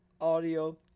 audio